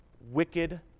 wicked